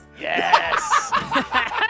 Yes